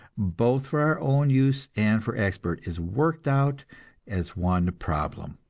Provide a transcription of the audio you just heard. both for our own use and for export, is worked out as one problem.